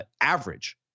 average